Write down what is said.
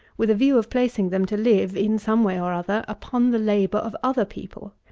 with a view of placing them to live, in some way or other, upon the labour of other people.